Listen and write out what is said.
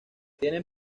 tienen